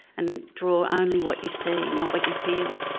and draw only what you see, not what you feel.